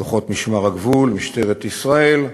כוחות משמר הגבול ומשטרת ישראל,